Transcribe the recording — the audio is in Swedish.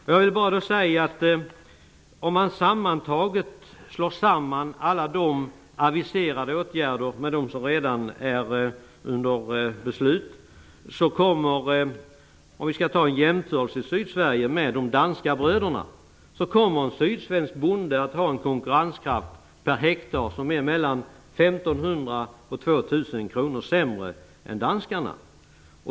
Men om man slog samman alla de aviserade åtgärderna med de åtgärder som redan är under beslut, skulle det vid en jämförelse mellan en sydsvensk bonde och de danska bröderna visa sig att den sydsvenske bonden har en konkurrenskraft som per hektar är 1 500-2 000 kronor sämre än danskarnas.